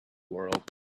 world